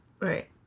Right